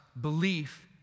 belief